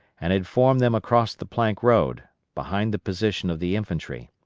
and had formed them across the plank road, behind the position of the infantry.